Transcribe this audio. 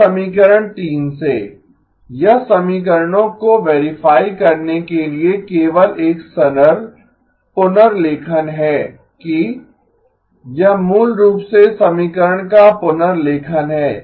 अब समीकरण 3 से यह समीकरणों को वेरीफाई करने के लिए केवल एक सरल पुनर्लेखन है कि यह मूल रूप से समीकरण का पुनर्लेखन है